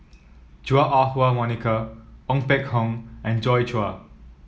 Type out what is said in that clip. Chua Ah Huwa Monica Ong Peng Hock and Joi Chua